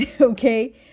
okay